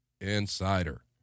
insider